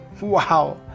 Wow